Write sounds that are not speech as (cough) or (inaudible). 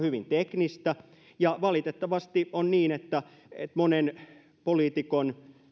(unintelligible) hyvin teknistä ja valitettavasti on niin että monen poliitikon